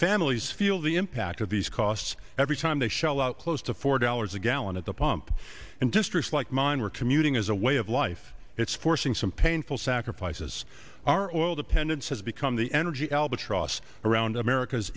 families feel the impact of these costs every time they shell out close to four dollars a gallon at the pump and districts like mine were commuting is a way of life it's forcing some painful sacrifices are all dependence has become the energy albatross around america's